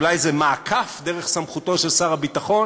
אולי איזה מעקף דרך סמכותו של שר הביטחון,